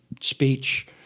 speech